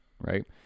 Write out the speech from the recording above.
right